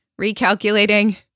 recalculating